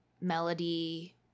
melody